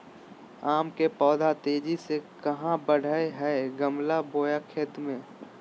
आम के पौधा तेजी से कहा बढ़य हैय गमला बोया खेत मे?